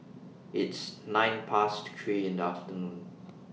its nine Past three in The afternoon